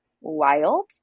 wild